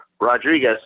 Rodriguez